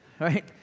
right